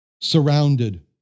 surrounded